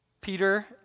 Peter